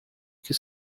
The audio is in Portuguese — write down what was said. que